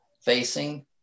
facing